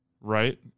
right